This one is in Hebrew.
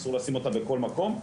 אסור לשים אותה בכל מקום,